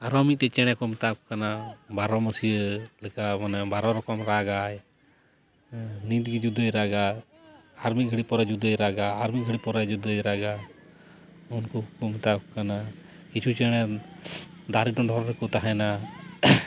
ᱟᱨᱚ ᱢᱤᱫᱴᱤᱡ ᱪᱮᱬᱮ ᱠᱚ ᱢᱮᱛᱟ ᱠᱚ ᱠᱟᱱᱟ ᱵᱟᱨᱚ ᱢᱟᱹᱥᱭᱟᱹ ᱞᱮᱠᱟ ᱵᱟᱨᱚ ᱨᱚᱠᱚᱢ ᱨᱟᱜᱽ ᱟᱭ ᱦᱮᱸ ᱱᱤᱛ ᱜᱮ ᱡᱩᱫᱤᱭ ᱨᱟᱜᱟ ᱟᱨ ᱢᱤᱫ ᱜᱷᱟᱹᱲᱤᱡ ᱯᱚᱨᱮ ᱡᱩᱫᱤᱭ ᱨᱟᱜᱟ ᱟᱨ ᱢᱤᱫ ᱜᱷᱟᱹᱲᱤᱡ ᱯᱚᱨᱮ ᱡᱩᱫᱤᱭ ᱨᱟᱜᱟ ᱩᱱᱠᱩ ᱠᱚᱠᱚ ᱢᱮᱛᱟ ᱠᱚ ᱠᱟᱱᱟ ᱠᱤᱪᱷᱩ ᱪᱮᱬᱮ ᱫᱟᱨᱮ ᱰᱷᱚᱸᱰᱚᱨ ᱨᱮᱠᱚ ᱛᱟᱦᱮᱱᱟ